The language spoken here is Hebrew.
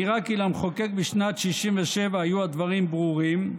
נראה כי למחוקק בשנת 1967 היו הדברים ברורים,